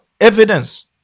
evidence